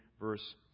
verse